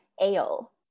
ale